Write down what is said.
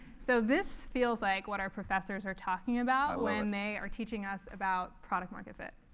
so this feels like what our professors are talking about when they are teaching us about product market fit.